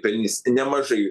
pelnys nemažai